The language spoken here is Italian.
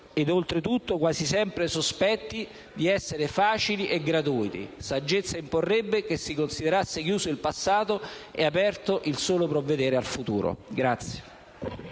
ed oltre tutto quasi sempre sospetti di essere facili e gratuiti. Saggezza imporrebbe che si considerasse chiuso il passato e aperto il solo provvedere al futuro.